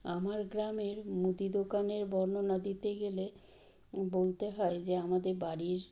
আমার গ্রামের মুদি দোকানের বর্ণনা দিতে গেলে বলতে হয় যে আমাদের বাড়ির